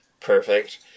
Perfect